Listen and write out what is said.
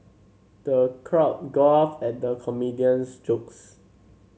the crowd guffawed at the comedian's jokes